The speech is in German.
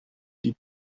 die